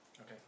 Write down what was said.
Okay